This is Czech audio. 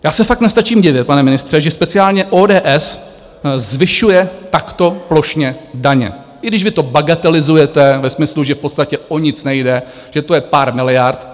Já se fakt nestačím divit, pane ministře, že speciálně ODS zvyšuje takto plošně daně, i když vy to bagatelizujete ve smyslu, že v podstatě o nic nejde, že to je pár miliard.